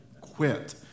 Quit